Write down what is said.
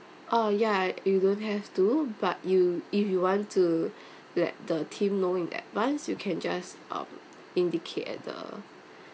ah ya you don't have to but you if you want to let the team know in advance you can just um indicate at the